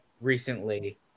recently